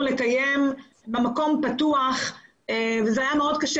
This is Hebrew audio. לקיים במקום פתוח וזה היה מאוד קשה,